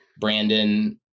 brandon